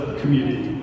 community